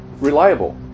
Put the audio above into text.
reliable